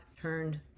turned